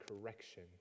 correction